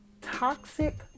toxic